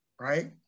right